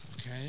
Okay